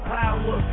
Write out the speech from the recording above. power